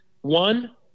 One